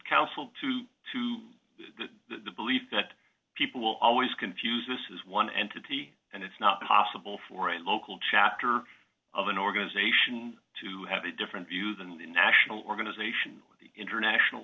counsel to to the belief that people will always confuse this is one entity and it's not possible for a local chapter of an organization to have a different view than a national organization international